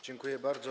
Dziękuję bardzo.